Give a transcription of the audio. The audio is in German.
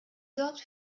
sorgt